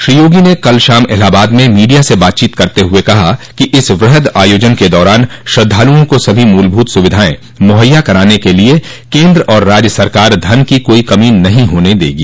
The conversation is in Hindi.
श्री योगी ने कल शाम इलाहाबाद में मीडिया से बातचीत करते हुए कहा कि इस वृह्द आयोजन के दौरान श्रद्धालुओं को सभी मूलभूत सुविधायें मुहैया कराने के लिए केन्द्र और राज्य सरकार धन की कोई कमी नहीं होने देगी